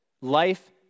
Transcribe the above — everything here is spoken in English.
Life